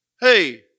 hey